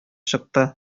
чыкты